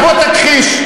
אז בוא, תכחיש.